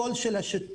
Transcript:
הקול של השיתוף,